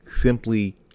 simply